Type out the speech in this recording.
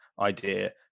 idea